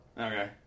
Okay